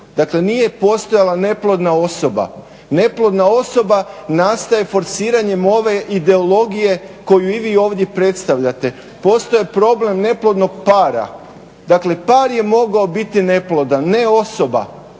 Dakle, nije postojala neplodna osoba. Neplodna osoba nastaje forsiranjem ove ideologije koju i vi ovdje predstavljate. Postoji problem neplodnog para, dakle par je mogao biti neplodan, ne osoba.